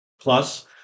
plus